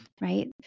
right